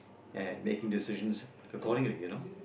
and making decisions according to it you know